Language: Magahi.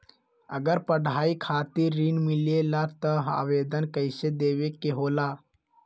अगर पढ़ाई खातीर ऋण मिले ला त आवेदन कईसे देवे के होला?